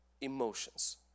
emotions